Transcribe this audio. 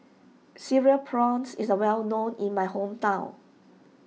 Cereal Prawns is well known in my hometown